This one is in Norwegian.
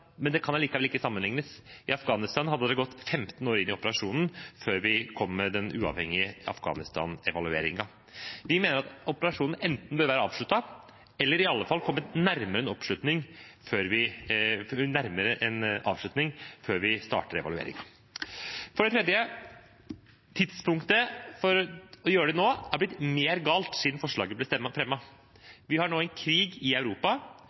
men det kan likevel ikke sammenlignes. I Afghanistan hadde det gått 15 år inn i operasjonen før vi kom med den uavhengige Afghanistan-evalueringen. Vi mener at operasjonen enten bør være avsluttet eller i alle fall være kommet nærmere en avslutning før vi starter evalueringen. For det tredje: Tidspunktet for å gjøre det har blitt mer galt siden forslaget ble fremmet. Vi har nå en krig i Europa.